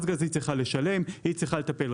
היא צריכה לשלם והיא צריכה לתקן,